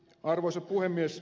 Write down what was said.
arvoisa puhemies